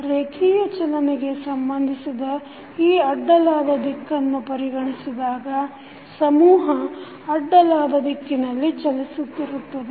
ರೇಖಿಯ ಚಲನೆಗೆ ಸಂಬಂಧಿಸಿದ ಈ ಅಡ್ಡಲಾದ ದಿಕ್ಕನ್ನು ಪರಿಗಣಿಸಿದಾಗ ಸಮೂಹ ಅಡ್ಡಲಾದ ದಿಕ್ಕಿನಲ್ಲಿ ಚಲಿಸುತ್ತಿರುತ್ತದೆ